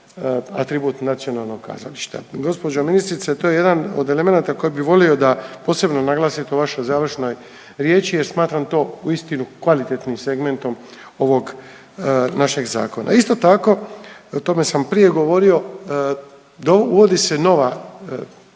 atribut nacionalnog kazališta. Gospođo ministrice to je jedan od elemenata koje bi volio da posebno naglasite u vašoj završnoj riječi jer smatram to uistinu kvalitetnim segmentom ovog našeg zakona. Isto tako o tome sam prije govorio, uvodi se nova